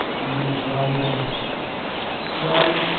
and you would dry them then,